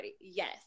yes